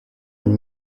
une